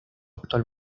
actual